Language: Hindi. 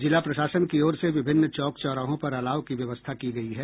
जिला प्रशासन की ओर से विभिन्न चौक चौराहों पर अलाव की व्यवस्था की गई है